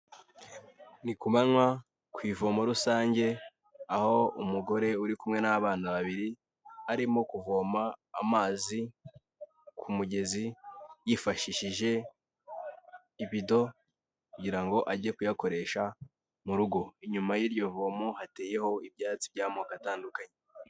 Ni ku manywa ku ivomo rusange aho umugore uri kumwe n'abana babiri, arimo kuvoma amazi ku mugezi yifashishije ibido kugira ngo ajye kuyakoresha mu rugo. Inyuma y'iryo vomo hateyeho ibyatsi by'amoko atandukanye.